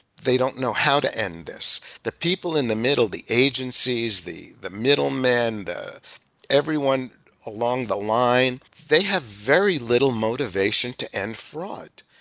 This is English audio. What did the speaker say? they don't know how to end this. the people in the middle the agencies, the the middlemen, everyone along the line, they have very little motivation to end fraud.